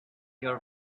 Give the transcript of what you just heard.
your